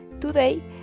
today